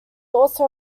also